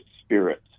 spirit